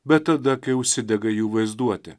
bet tada kai užsidega jų vaizduotė